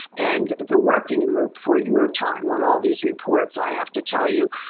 and the working group, for your time on all these reports. so i have to tell you,